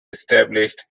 established